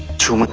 to